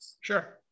Sure